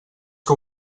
que